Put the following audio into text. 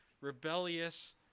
rebellious